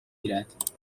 گیرد